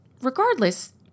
regardless